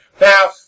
Now